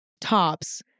tops